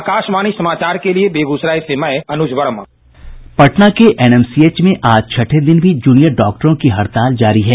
आकाशवाणी समाचार के लिए बेगूसराय से अनुज वर्मा पटना के एनएमसीएच में आज छठे दिन भी जूनियर डॉक्टरों की हड़ताल जारी है